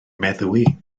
meddwi